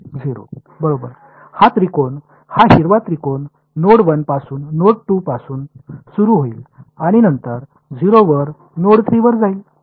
0 बरोबर हा त्रिकोण हा हिरवा त्रिकोण नोड 1 पासून नोड 2 पासून सुरू होईल आणि नंतर 0 वर नोड 3 वर जाईल